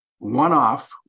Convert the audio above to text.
One-off